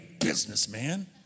businessman